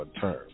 term